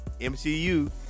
MCU